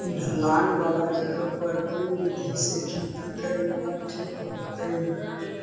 ढलान वाला जगह पर कौन विधी से खेती करेला ठिक होतइ?